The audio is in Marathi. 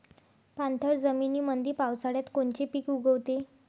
पाणथळ जमीनीमंदी पावसाळ्यात कोनचे पिक उगवते?